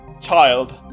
Child